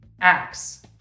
acts